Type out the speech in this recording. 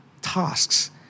tasks